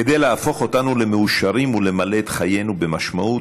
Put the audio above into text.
כדי להפוך אותנו למאושרים ולמלא את חיינו במשמעות,